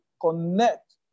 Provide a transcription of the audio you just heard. connect